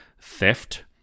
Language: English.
theft